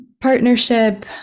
partnership